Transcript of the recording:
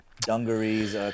dungarees